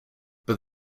but